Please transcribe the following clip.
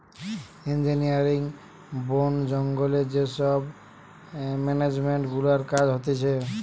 engineering, বোন জঙ্গলে যে সব মেনেজমেন্ট গুলার কাজ হতিছে